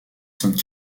sainte